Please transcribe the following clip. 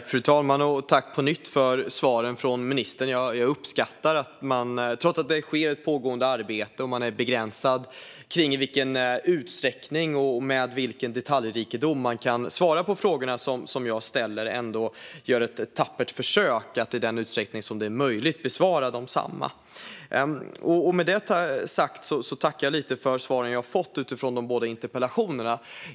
Fru talman! Tack på nytt till ministern för svaren! Jag uppskattar att man trots att det pågår ett arbete och att man är begränsad när det gäller i vilken utsträckning och med vilken detaljrikedom man kan svara på frågorna som jag ställer ändå gör ett tappert försök att i den utsträckning det är möjligt besvara desamma. Med det sagt tackar jag lite för svaren jag har fått på de båda interpellationerna.